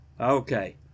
Okay